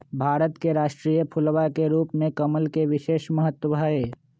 भारत के राष्ट्रीय फूलवा के रूप में कमल के विशेष महत्व हई